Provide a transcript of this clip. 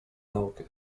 naukę